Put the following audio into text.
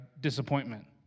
Disappointment